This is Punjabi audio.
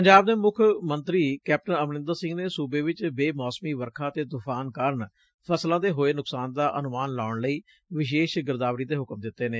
ਪੰਜਾਬ ਦੇ ਮੁੱਖ ਮੰਤਰੀ ਕੈਪਟਨ ਅਮਰਿੰਦਰ ਸਿੰਘ ਨੇ ਸੂਬੇ ਵਿੱਚ ਬੇ ਮੌਸਮੀ ਵਰਖਾ ਅਤੇ ਤੂਫਾਨ ਕਾਰਨ ਫਸਲਾਂ ਦੇ ਹੋਏ ਨੁਕਸਾਨ ਦਾ ਅਨੁਮਾਨ ਲਾਊਣ ਲਈ ਵਿਸ਼ੇਸ਼ ਗਿਰਦਾਵਰੀ ਦੇ ਹੁਕਮ ਦਿੱਤੇ ਨੇ